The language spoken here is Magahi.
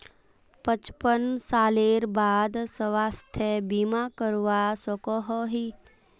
पचपन सालेर बाद स्वास्थ्य बीमा करवा सकोहो ही?